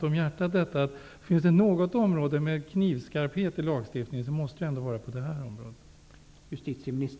Om det finns något område där lagstiftningen bör vara knivskarp så måste det vara det här området.